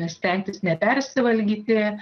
stengtis nepersivalgyti